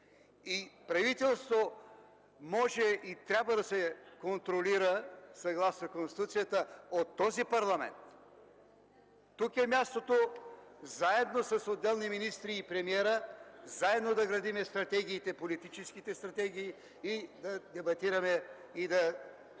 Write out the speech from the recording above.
Правителство може и трябва да се контролира, съгласно Конституцията, от този парламент. Тук е мястото с отделни министри и премиера заедно да градим политическите стратегии, да дебатираме и да